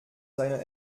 seine